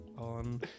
On